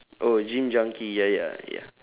oh gym junkie ya ya ya